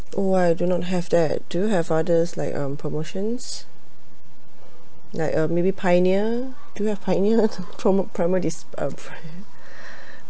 oh I do not have that do you have others like um promotions like um maybe pioneer do you have pioneer promo~ uh